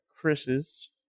Chris's